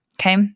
Okay